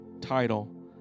title